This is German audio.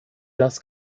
das